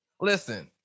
listen